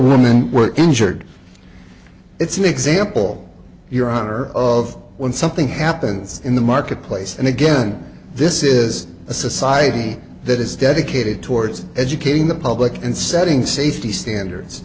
women were injured it's an example your honor of when something happens in the marketplace and again this is a society that is dedicated towards educating the public and setting safety standards